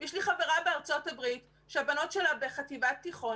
יש לי חברה בארצות הברית שהבנות שלה בחטיבת תיכון.